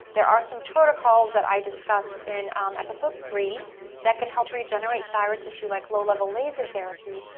there are some protocols that i discussed in episode three that can help regenerate thyroid tissue like low level laser therapy.